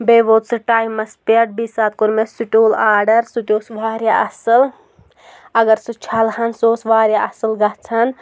بیٚیہِ ووت سُہ ٹایمَس پیٚٹھ بیٚیہِ ساتہٕ کوٚر مےٚ سٹوٗل آرڈر سُہ تہِ اوس واریاہ اَصٕل اگر سُہ چھَلہَن سُہ اوس واریاہ اَصٕل گژھان